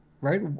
right